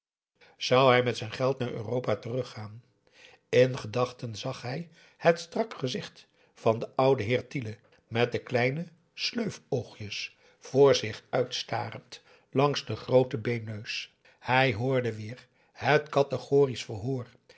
zou hij met z'n geld naar europa teruggaan in gedachten zag hij het strak gezicht van den ouden heer tiele met de kleine sleufoogjes voor zich uitstarend langs den grooten beenneus hij hoorde weer het categorisch verhoor